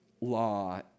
law